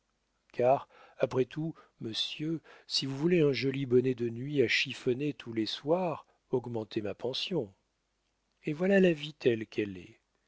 car après tout monsieur si vous voulez un joli bonnet de nuit à chiffonner tous les soirs augmentez ma pension et voilà la vie telle qu'elle est